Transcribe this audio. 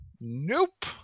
Nope